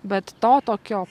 bet to tokio